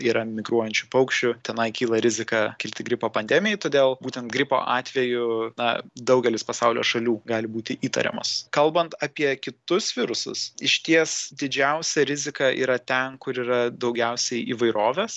yra migruojančių paukščių tenai kyla rizika kilti gripo pandemijai todėl būtent gripo atveju na daugelis pasaulio šalių gali būti įtariamos kalbant apie kitus virusus išties didžiausia rizika yra ten kur yra daugiausiai įvairovės